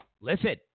listen